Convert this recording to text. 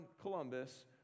Columbus